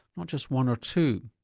not just one or two.